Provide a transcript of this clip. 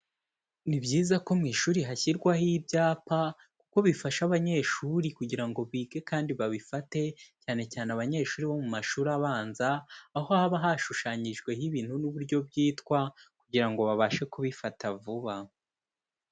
Ni byiza ko mu ishuri hashyirwaho ibyapa, kuko bifasha abanyeshuri kugira ngo bige kandi babifate, cyane cyane abanyeshuri bo mu mashuri abanza, aho haba hashushanyijweho ibintu n'uburyo byitwa, kugira babashe kubifata vuba.